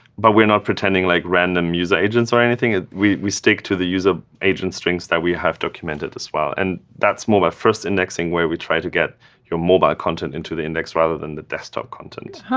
but we're not pretending like random user agents or anything. we we stick to the user agent strings that we have documented as well, and that's mobile first indexing, where we try to get your mobile content into the index rather than the desktop content.